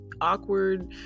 awkward